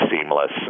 seamless